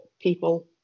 people